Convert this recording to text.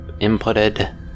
inputted